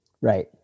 Right